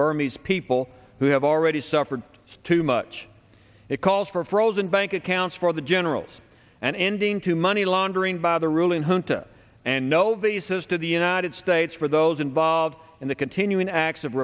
burma's people who have already suffered too much it calls for frozen bank accounts for the generals and ending to money laundering by the ruling junta and no visas to the united states for those involved in the continuing acts of